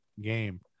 game